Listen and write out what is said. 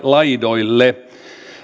laidoille